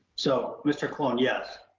so mr. colon, yes,